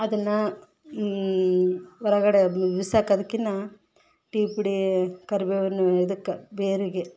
ಅದನ್ನ ಹೊರಗಡೆ ಬಿಸಾಕೋದಕ್ಕಿನ್ನ ಟೀ ಪುಡೀ ಕರ್ಬೇವಿನ ಇದಕ್ಕೆ ಬೇರಿಗೆ